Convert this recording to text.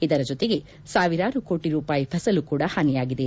ಇದರ ಜೊತೆಗೆ ಸಾವಿರಾರು ಕೋಟಿ ರೂಪಾಯಿ ಫಸಲು ಕೂಡ ಹಾನಿಯಾಗಿದೆ